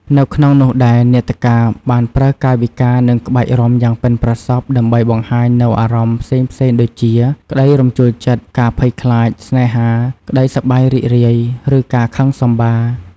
នៅក្នុងនោះដែរ នាដការបានប្រើកាយវិការ និងក្បាច់រាំយ៉ាងប៉ិនប្រសប់ ដើម្បីបង្ហាញនូវអារម្មណ៍ផ្សេងៗដូចជា ក្ដីរំជួលចិត្ត ការភ័យខ្លាច ស្នេហា ក្ដីសប្បាយរីករាយ ឬការខឹងសម្បារ។